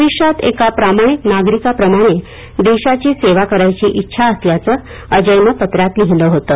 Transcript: भविष्यात एका प्रामाणिक नागरिकाप्रमाणे देशाची सेवा करण्याची इछा असल्याचं अजयने पत्रात लिहिलं होतं